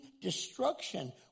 destruction